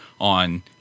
on